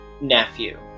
nephew